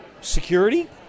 security